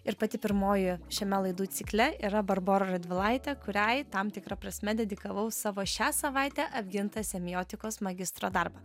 ir pati pirmoji šiame laidų cikle yra barbora radvilaitė kuriai tam tikra prasme dedikavau savo šią savaitę apgintą semiotikos magistro darbą